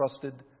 trusted